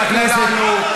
הילדים של כולנו,